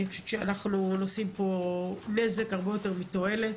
אני חושבת שאנחנו עושים פה נזק הרבה יותר מתועלת,